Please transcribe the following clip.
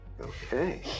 Okay